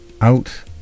out